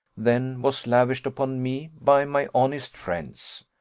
than was lavished upon me by my honest friends.